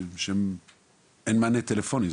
אין מענה טלפוני,